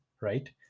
Right